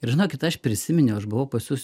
ir žinokit aš prisiminiau aš buvau pas jus